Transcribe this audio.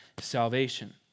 salvation